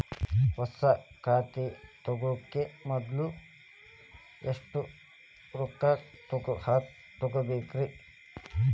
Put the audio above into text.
ಹೊಸಾ ಖಾತೆ ತಗ್ಯಾಕ ಮೊದ್ಲ ಎಷ್ಟ ರೊಕ್ಕಾ ತುಂಬೇಕ್ರಿ?